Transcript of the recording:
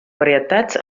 varietats